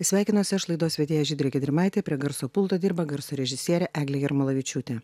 sveikinuosi aš laidos vedėja žydrė gedrimaitė prie garso pulto dirba garso režisierė eglė jarmolavičiūtė